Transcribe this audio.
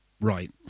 right